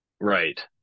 Right